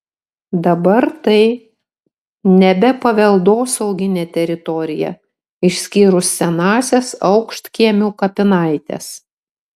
dabar tai nebe paveldosauginė teritorija išskyrus senąsias aukštkiemių kapinaites